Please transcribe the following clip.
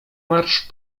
marsz